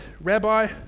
Rabbi